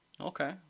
okay